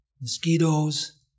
mosquitoes